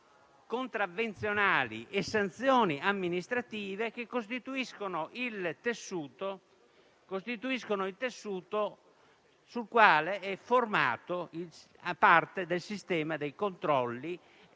contravvenzionali e sanzioni amministrative che costituiscono il tessuto sul quale è formato parte del sistema dei controlli